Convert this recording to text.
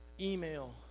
email